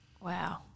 Wow